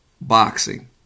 boxing